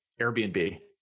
Airbnb